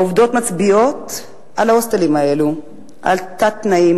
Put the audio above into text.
העובדות מצביעות על כך שבהוסטלים האלה יש תת-תנאים,